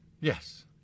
Yes